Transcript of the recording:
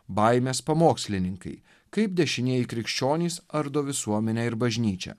baimės pamokslininkai kaip dešinieji krikščionys ardo visuomenę ir bažnyčią